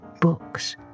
books